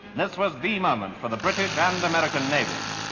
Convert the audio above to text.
this was the moment for the british and american navies.